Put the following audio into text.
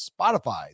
Spotify